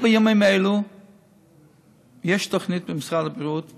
בימים אלה יש תוכנית במשרד הבריאות,